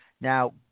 Now